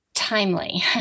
timely